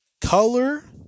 Color